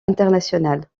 internationale